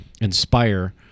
inspire